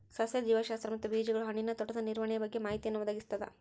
ಸಸ್ಯ ಜೀವಶಾಸ್ತ್ರ ಮತ್ತು ಬೀಜಗಳು ಹಣ್ಣಿನ ತೋಟದ ನಿರ್ವಹಣೆಯ ಬಗ್ಗೆ ಮಾಹಿತಿಯನ್ನು ಒದಗಿಸ್ತದ